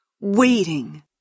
waiting